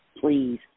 Please